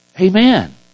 Amen